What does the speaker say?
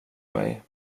mig